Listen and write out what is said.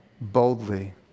boldly